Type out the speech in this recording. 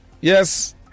Yes